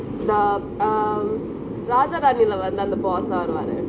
the um Raja ராணிலே வந்து அந்த:raja raanilae vanthu anthe boss சா வருவாரே:sah varuvaare